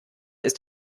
ist